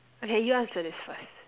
okay you answer this first